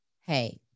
hey